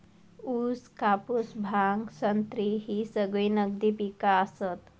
ऊस, कापूस, भांग, संत्री ही सगळी नगदी पिका आसत